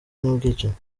n’ubwicanyi